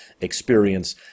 experience